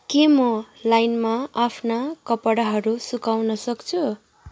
के म लाइनमा आफ्ना कपडाहरू सुकाउन सक्छु